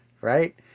Right